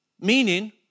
Meaning